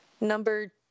number